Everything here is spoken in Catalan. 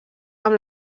amb